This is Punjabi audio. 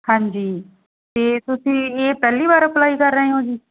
ਹਾਂਜੀ ਅਤੇ ਤੁਸੀਂ ਇਹ ਪਹਿਲੀ ਵਾਰ ਅਪਲਾਈ ਕਰ ਰਹੇ ਹੋ ਜੀ